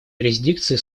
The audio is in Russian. юрисдикции